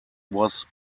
was